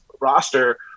roster